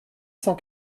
cent